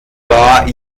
war